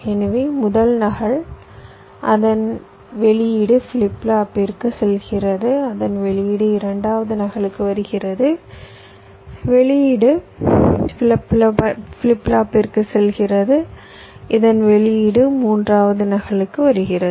எனவே முதல் நகல் அதன் வெளியீடு ஃபிளிப் ஃப்ளாப்பிற்கு செல்கிறது அதன் வெளியீடு இரண்டாவது நகலுக்கு வருகிறது வெளியீடு ஃபிளிப் ஃப்ளாப்பிற்கு செல்கிறது இதன் வெளியீடு மூன்றாவது நகலுக்கு வருகிறது